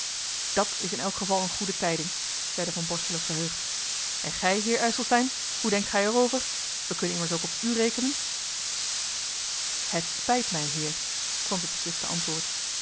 dat is in elk geval eene goede tijding zeide van borselen verheugd en gij heer ijselstein hoe denkt gij er over we kunnen immers ook op u rekenen het spijt mij heer klonk het besliste antwoord